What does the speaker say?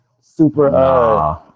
super